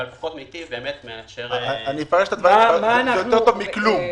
אבל פחות מיטיב מ- -- זה יותר טוב מכלום.